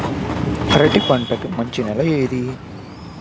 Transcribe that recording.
అరటి పంట కి మంచి నెల ఏది?